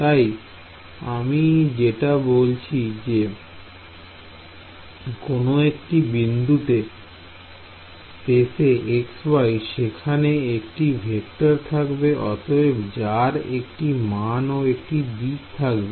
তাই আমি যেটা বলেছি যে কোন একটি বিন্দুতে স্পেসে xy সেখানে একটি ভেক্টর থাকবে অতএব যার একটি মান ও একটি দিক থাকবে